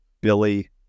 Billy